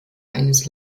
eines